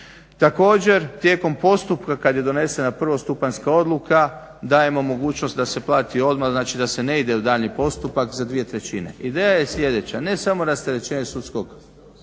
Također tijekom postupka kad je donesena prvostupanjska odluka dajemo mogućnost da se plati odmah, znači da se ne ide u daljnji postupak za 2/3. Ideja je sljedeća, ne samo rasterećenje sudskog